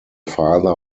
father